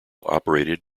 operated